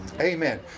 Amen